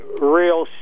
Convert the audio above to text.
real